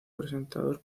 presentador